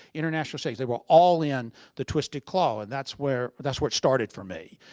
international settings. they were all in the twisted claw and that's where but that's where it started for me.